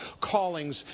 callings